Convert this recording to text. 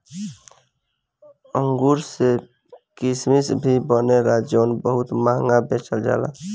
अंगूर से किसमिश भी बनेला जवन बहुत महंगा बेचल जाला